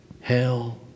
hell